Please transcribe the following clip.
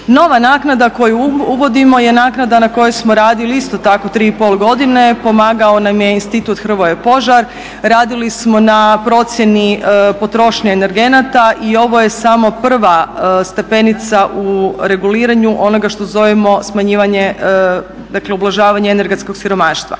Nova naknada koju uvodimo je naknada na kojoj smo radili isto tako 3 i pol godine. Pomagao nam je Institut "Hrvoje Požar". Radili smo na procjeni potrošnje energenata i ovo je samo prva stepenica u reguliranju onoga što zovemo smanjivanje, dakle ublažavanje energetskog siromaštva.